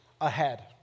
ahead